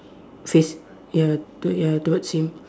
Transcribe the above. face ya toward ya towards him